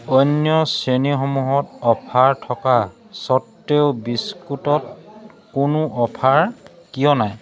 অন্য শ্ৰেণীসমূহত অফাৰ থকা স্বত্তেও বিস্কুটত কোনো অফাৰ কিয় নাই